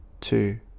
two